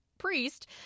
Priest